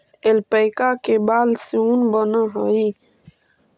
alpaca के बाल से ऊन बनऽ हई